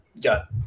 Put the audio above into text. got